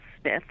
Smith